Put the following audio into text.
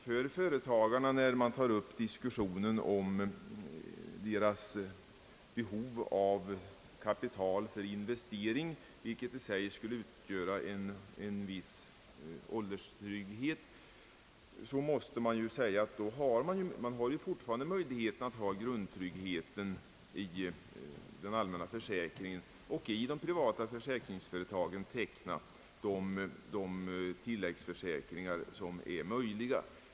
När man här i diskussionen tar upp frågan om företagarnas behov av kapital för investeringar, vilket sägs även medföra en viss ålderstrygghet, måste jag replikera att det fortfarande finns möjlighet att skapa en grundtrygghet i den allmänna försäkringen och att i de privata försäkringsföretagen teckna de tilläggsförsäkringar som man är i behov av.